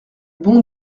bon